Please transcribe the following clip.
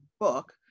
book